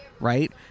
right